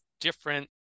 different